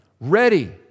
Ready